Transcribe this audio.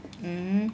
mmhmm